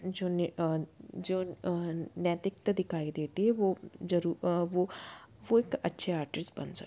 जो जो नैतिकता दिखाई देती है वो वो वो एक अच्छे आर्टिस्ट बन